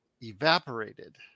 Evaporated